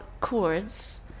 chords